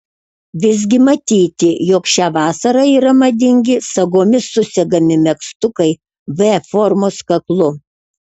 visgi matyti jog šią vasarą yra madingi sagomis susegami megztukai v formos kaklu